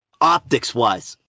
optics-wise